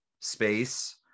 space